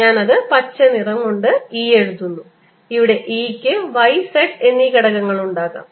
ഞാൻ പച്ചനിറം കൊണ്ട് E എഴുതുന്നുഇവിടെ E യ്ക്ക് y z എന്നീ ഘടകങ്ങളുണ്ടാകാം